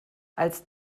als